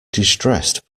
distressed